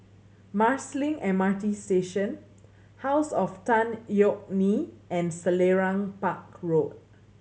Marsiling M R T Station House of Tan Yeok Nee and Selarang Park Road